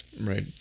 Right